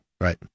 Right